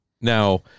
Now